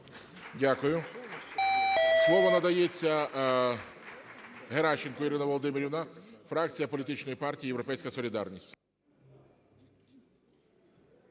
Дякую. Слово надається Геращенко Ірині Володимирівні, фракція політичної партії "Європейська солідарність".